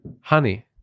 honey